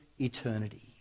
eternity